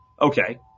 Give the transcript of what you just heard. Okay